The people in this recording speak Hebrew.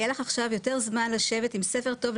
יהיה לך עכשיו יותר זמן לשבת עם ספר טוב,